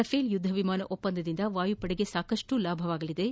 Rafale ಯುದ್ಧ ವಿಮಾನ ಒಪ್ಪಂದದಿಂದ ವಾಯುಪಡೆಗೆ ಸಾಕಷ್ಟು ಲಾಭಗಳಾಗಲಿವೆ